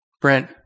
Brent